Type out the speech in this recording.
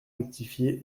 rectifié